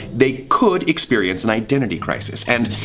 they could experience an identity crisis and.